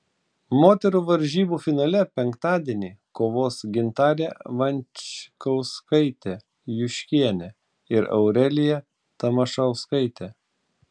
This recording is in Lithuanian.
moterų varžybų finale penktadienį kovos gintarė venčkauskaitė juškienė ir aurelija tamašauskaitė